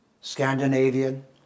Scandinavian